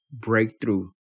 breakthrough